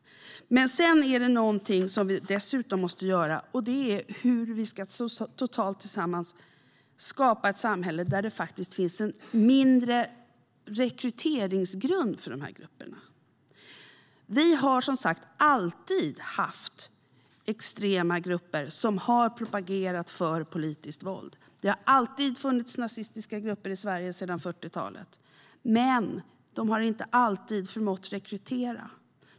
Men sedan är det någonting som vi dessutom måste göra, och det handlar om hur vi tillsammans ska skapa ett samhälle där det faktiskt finns en mindre rekryteringsgrund för de här grupperna. Vi har som sagt alltid haft extrema grupper som har propagerat för politiskt våld. Det har funnits nazistiska grupper i Sverige sedan 40-talet. Men de har inte alltid förmått att rekrytera.